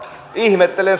ihmettelen